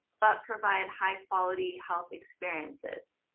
but provide high-quality health experiences.